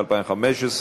התשע"ה 2015,